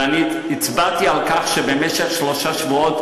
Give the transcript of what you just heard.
ואני הצבעתי על כך שבמשך שלושה שבועות